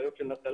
אחיות של נטל"י,